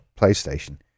PlayStation